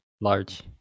Large